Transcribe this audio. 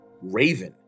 Raven